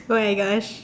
!oh-my-Gosh!